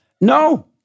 No